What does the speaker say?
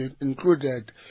included